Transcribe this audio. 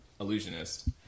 illusionist